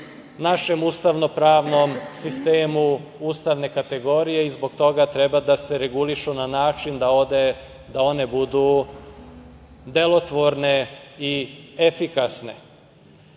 našem ustavno-pravnom sistemu ustavne kategorije i zbog toga treba da se regulišu na način da one budu delotvorne i efikasne. Član